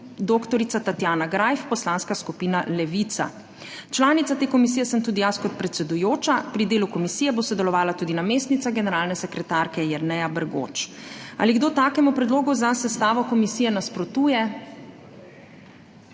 dr. Tatjana Greif Poslanska skupina Levica. Članica te komisije sem tudi jaz kot predsedujoča, pri delu komisije bo sodelovala tudi namestnica generalne sekretarke Jerneja Bergoč. Ali kdo takemu predlogu za sestavo komisije nasprotuje?